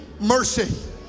mercy